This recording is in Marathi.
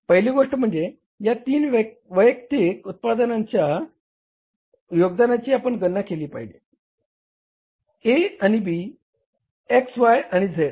पहिली गोष्ट म्हणजे या तीन वैयक्तिक उत्पादनांच्या योगदानाची आपण गणना केली पाहिजे आणि X Y आणि Z